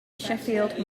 sheffield